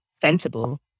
sensible